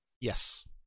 Yes